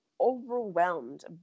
overwhelmed